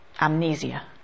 amnesia